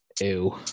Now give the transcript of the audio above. Ew